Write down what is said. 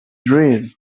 dream